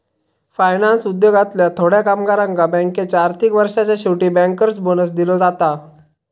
finance उद्योगातल्या थोड्या कामगारांका बँकेच्या आर्थिक वर्षाच्या शेवटी बँकर्स बोनस दिलो जाता